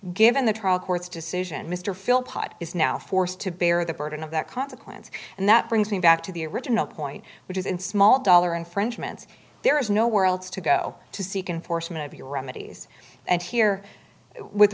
given the trial court's decision mr phil pot is now four to bear the burden of that consequence and that brings me back to the original point which is in small dollar infringements there is nowhere else to go to seek and for some of your remedies and here with